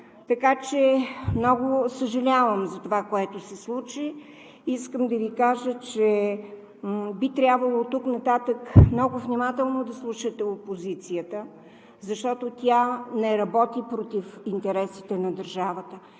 добре. Много съжалявам за това, което се случи, и искам да Ви кажа, че би трябвало оттук нататък много внимателно да слушате опозицията, защото тя не работи против интересите на държавата.